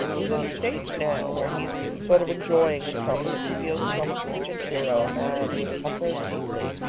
he's in the stage now where he's sort of enjoying his troubles. he feels himself a tragic hero, a man who has suffered deeply.